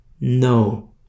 no